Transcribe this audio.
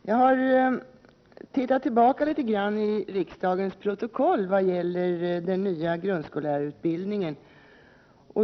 Herr talman! Jag har sett litet grand i riksdagens protokoll när det gäller den nya grundskollärarutbildningen.